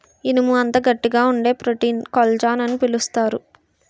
ఇనుము అంత గట్టిగా వుండే ప్రోటీన్ కొల్లజాన్ అని పిలుస్తారు